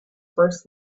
first